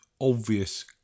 obvious